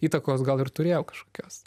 įtakos gal ir turėjo kažkokios